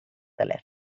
telèfon